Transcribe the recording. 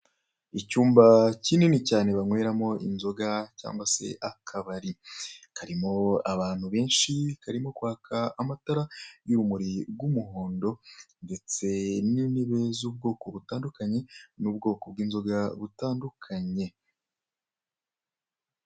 Icyumba kinini cyane banyweramo inzoga cyangwa se akabari, karimo abantu benshi, karimo kwaka amatara y'urumuri rw'umuhondo ndetse n'intebe z'ubwoko butandukanye n'ubwoko bw'inzoga butandukanye.